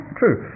true